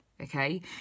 okay